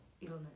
illness